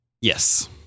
Yes